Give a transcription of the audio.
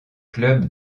club